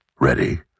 Ready